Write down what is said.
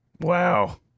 wow